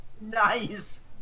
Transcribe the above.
Nice